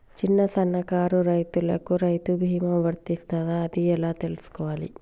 చిన్న సన్నకారు రైతులకు రైతు బీమా వర్తిస్తదా అది ఎలా తెలుసుకోవాలి?